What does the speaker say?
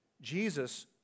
Jesus